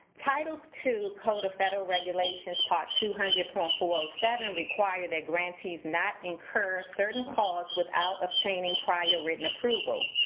title two code of federal regulations, part two hundred point four zero seven require that grantees not incur certain costs without obtaining prior written approval.